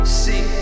see